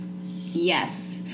Yes